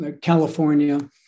California